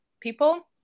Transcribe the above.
people